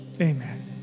Amen